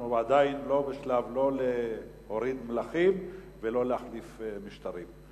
אנחנו עדיין לא בשלב לא להוריד מלכים ולא להחליף משטרים.